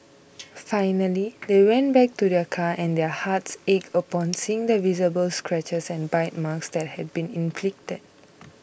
finally they went back to their car and their hearts ached upon seeing the visible scratches and bite marks that had been inflicted